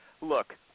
look